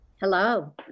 Hello